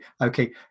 okay